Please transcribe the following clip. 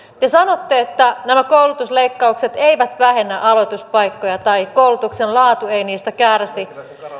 te sanotte että nämä koulutusleikkaukset eivät vähennä aloituspaikkoja tai koulutuksen laatu ei niistä kärsi